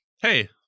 Hey